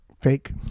fake